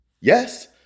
yes